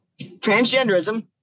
transgenderism